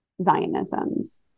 Zionisms